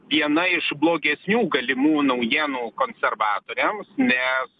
viena iš blogesnių galimų naujienų konservatoriams nes